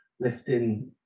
lifting